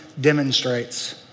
demonstrates